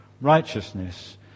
righteousness